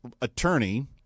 attorney